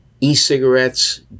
e-cigarettes